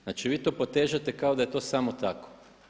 Znači vi to potežete kao da je to samo tako.